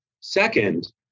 Second